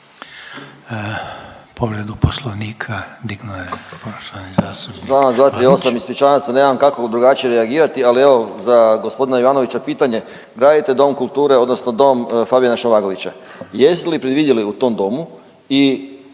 Povredu Poslovnika dignuo je poštovani zastupnik